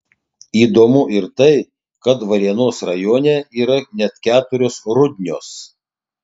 įdomu ir tai kad varėnos rajone yra net keturios rudnios